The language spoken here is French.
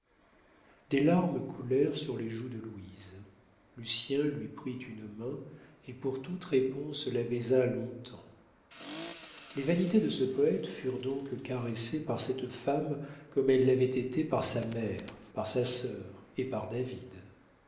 des larmes coulèrent sur les joues de louise lucien lui prit une main et pour toute réponse la baisa long-temps les vanités de ce poète furent donc caressées par cette femme comme elles l'avaient été par sa mère par sa sœur et par david